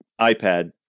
iPad